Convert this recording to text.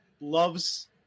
loves